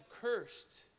cursed